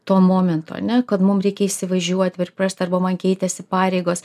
tuo momento ane kad mum reikia įsivažiuot priprast arba man keitėsi pareigos